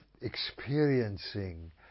experiencing